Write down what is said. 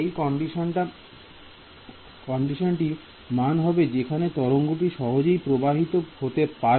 এই কন্ডিশনটি মান হবে যেখানে তরঙ্গটি সহজেই প্রবাহিত হতে পারবে